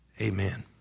Amen